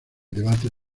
debate